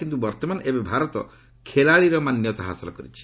କିନ୍ତୁ ବର୍ତ୍ତମାନ ଏବେ ଭାରତ ଖେଳାଳିର ମାନ୍ୟତା ହାସଲ କରିଛି